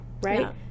right